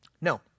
No